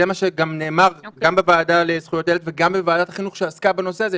זה מה שנאמר גם בוועדה לזכויות הילד וגם בוועדת החינוך שעסקה בנושא הזה.